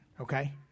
okay